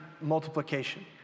multiplication